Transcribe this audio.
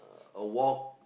a walk